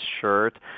shirt